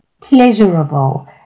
pleasurable